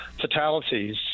fatalities